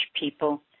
people